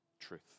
truth